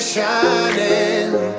shining